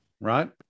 right